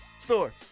store